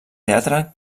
teatre